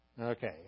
Okay